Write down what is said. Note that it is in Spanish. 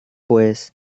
pues